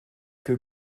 que